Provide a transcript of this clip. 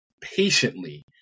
patiently